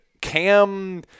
Cam –